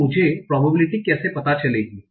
तो मुझे प्रॉबबिलिटि कैसे पता चलेगी